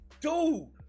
dude